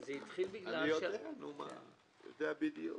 זה התחיל בגלל -- אני יודע בדיוק.